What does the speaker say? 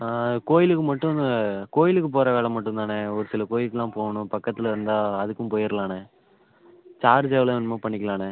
கோயிலுக்கு மட்டும் கோயிலுக்கு போகிற வேலை மட்டும் தாண்ண ஒரு சில கோயிலுக்குலாம் போகணும் பக்கத்தில் இருந்தால் அதுக்கும் போயிடலாண்ண சார்ஜ் எவ்வளோ வேணுமோ பண்ணிக்கலாண்ண